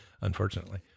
unfortunately